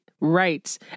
right